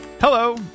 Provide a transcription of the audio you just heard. Hello